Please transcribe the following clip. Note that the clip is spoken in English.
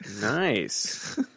nice